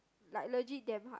like legit damn hard